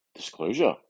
Disclosure